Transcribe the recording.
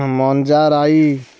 ମଞ୍ଜା ରାଇ